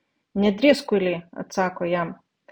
nedrįsk kuily atsako jam